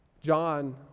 John